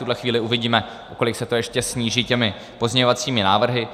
V tuhle chvíli uvidíme, o kolik se to ještě sníží těmi pozměňovacími návrhy.